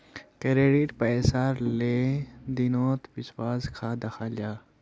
credit पैसार लें देनोत विश्वास सा दखाल जाहा